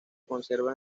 conserva